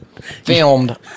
Filmed